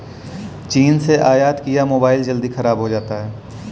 चीन से आयत किया मोबाइल जल्दी खराब हो जाता है